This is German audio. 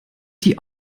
die